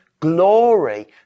glory